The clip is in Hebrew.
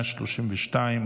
132,